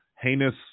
heinous